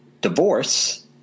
divorce